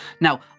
Now